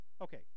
Okay